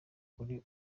kuri